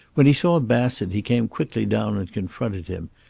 when he saw bassett he came quickly down and confronted him,